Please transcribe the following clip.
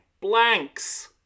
blanks